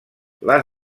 les